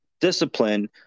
discipline